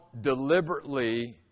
deliberately